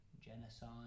genocide